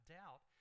doubt